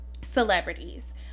celebrities